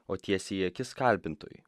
o tiesiai į akis kalbintojui